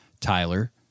Tyler